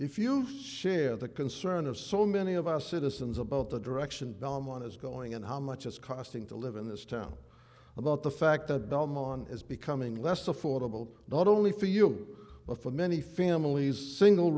if you share the concern of so many of our citizens about the direction belmont is going and how much it's costing to live in this town about the fact that belmont is becoming less affordable not only for you but for many families single